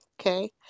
Okay